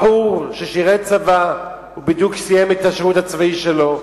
בחור ששירת בצבא, בדיוק סיים את השירות הצבאי שלו,